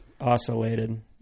Oscillated